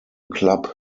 club